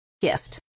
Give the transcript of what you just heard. gift